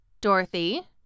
dorothy